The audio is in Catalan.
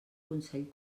consell